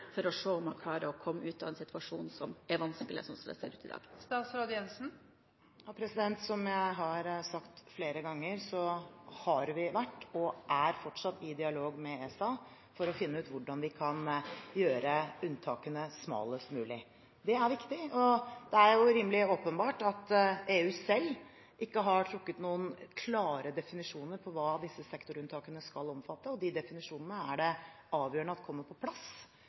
for å se om man klarer å komme ut av en situasjon som er vanskelig sånn som det ser ut i dag? Som jeg har sagt flere ganger, har vi vært og er fortsatt i dialog med ESA for å finne ut hvordan vi kan gjøre unntakene smalest mulig. Det er viktig. Det er rimelig åpenbart at EU selv ikke har noen klare definisjoner på hva disse sektorunntakene skal omfatte, og de definisjonene er det avgjørende at kommer på plass,